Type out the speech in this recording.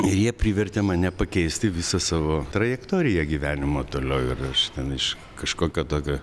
ir jie privertė mane pakeisti visą savo trajektoriją gyvenimo toliau ir aš ten iš kažkokio tokio